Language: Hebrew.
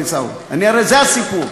הרי זה הסיפור.